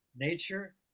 nature